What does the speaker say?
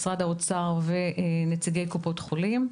משרד האוצר ונציגי קופות חולים.